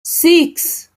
six